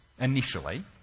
initially